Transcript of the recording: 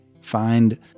Find